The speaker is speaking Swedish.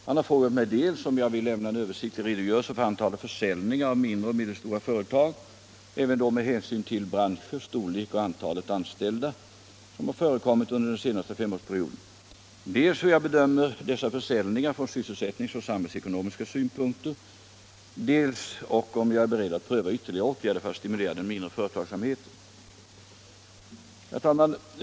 Han har frågat mig dels om jag vill lämna en översiktlig redogörelse för antalet försäljningar av mindre och medelstora företag — även då med hänsyn till branscher, storlek och antalet anställda — som har förekommit under den senaste femårsperioden, dels hur jag bedömer dessa försäljningar från sysselsättningsoch samhällsekonomiska synpunkter, dels ock om jag är beredd att pröva ytterligare åtgärder för att stimulera den mindre företagsamheten.